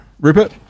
rupert